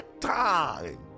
time